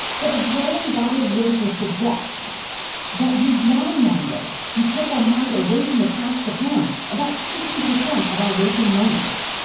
but a growing body of literature suggests that we mind-wander, we take our mind away from the task at hand, about fifty percent of our waking moments.